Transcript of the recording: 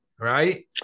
Right